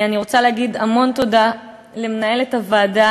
אני רוצה להגיד המון תודה למנהלת הוועדה